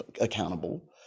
accountable